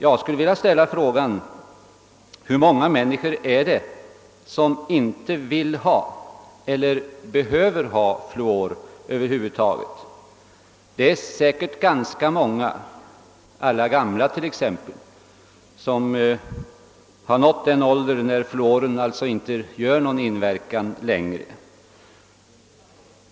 Jag skulle vilja ställa spörsmålet: Hur många människor är det som inte vill ha eller som inte behöver ha fluor över huvud taget? De är säkert ganska många — alla gamla t.ex., som har nått den ålder när fluoren inte har någon inverkan längre.